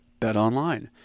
BetOnline